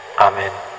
Amen